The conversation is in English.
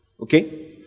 okay